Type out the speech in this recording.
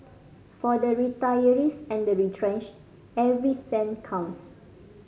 for the retirees and the retrenched every cent counts